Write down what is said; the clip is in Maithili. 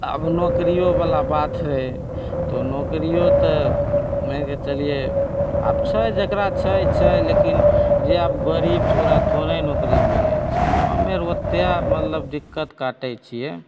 आब नौकरियो बला बात हय तऽ नौकरियो तऽ मानिके चलियौ आब छै जेकरा छै छै लेकिन जे आब गरीब छै ओकरा थोड़े नौकरी मिलैत छै तऽ हमे आर ओतेक मतलब दिक्कत काटैत छियै